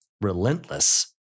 relentless